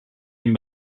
den